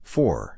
Four